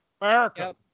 America